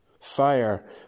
Fire